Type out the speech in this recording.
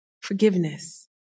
Forgiveness